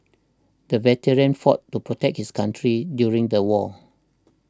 the veteran fought to protect his country during the war